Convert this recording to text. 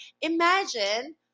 Imagine